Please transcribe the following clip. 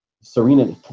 serena